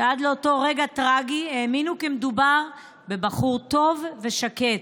שעד לאותו רגע טרגי האמינו כי מדובר בבחור טוב ושקט.